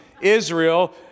Israel